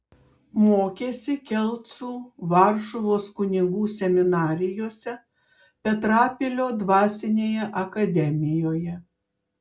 mokėsi kelcų varšuvos kunigų seminarijose petrapilio dvasinėje akademijoje